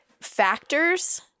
factors